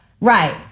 Right